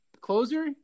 Closer